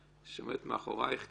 שעומדת מאחורייך,